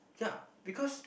ya because